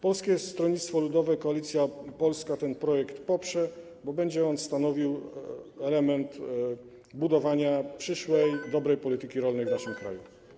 Polskie Stronnictwo Ludowe - Koalicja Polska ten projekt poprze, bo będzie on stanowił element budowania przyszłej dobrej polityki rolnej w naszym kraju.